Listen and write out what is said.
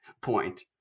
point